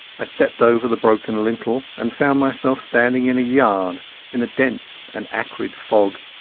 i stepped over the broken lintel, and found myself standing in a yard in a dense and acrid fog.